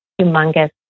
humongous